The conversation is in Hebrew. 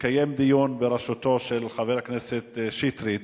התקיים דיון בראשותו של חבר הכנסת שטרית